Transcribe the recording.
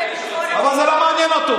אבל זה לא מעניין אותו,